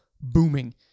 booming